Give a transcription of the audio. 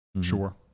Sure